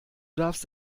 darfst